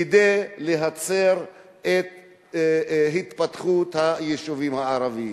כדי להצר את התפתחות היישובים הערביים.